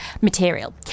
material